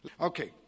Okay